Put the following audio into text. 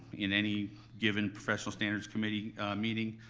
in any given professional standards committee meeting,